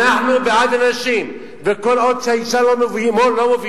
אנחנו בעד הנשים, וכל עוד האשה לא מובילה,